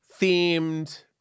themed